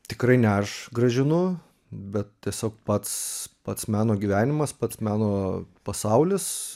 tikrai ne aš grąžinu bet tiesiog pats pats meno gyvenimas pats meno pasaulis